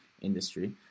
industry